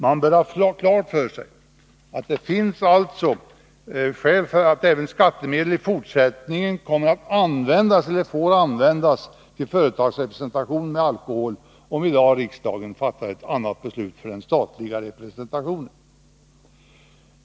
Man bör ha klart för sig att avdrag för företagsrepresentation med alkoholförtäring även i fortsättningen skall kunna förekomma oavsett om riksdagen i dag fattar ett beslut i annan riktning för den statliga representationen.